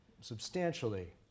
substantially